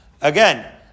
Again